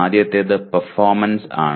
ആദ്യത്തേത് പെർഫോമൻസ് ആണ്